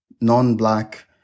non-Black